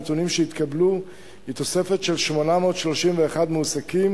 הנתונים שהתקבלו הם תוספת של 831 מועסקים